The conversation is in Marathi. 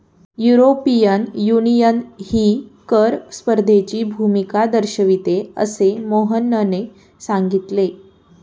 युरोपियन युनियनही कर स्पर्धेची भूमिका दर्शविते, असे मोहनने सांगितले